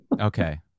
okay